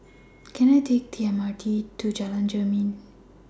Can I Take The M R T to Jalan Jermin